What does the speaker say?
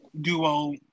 duo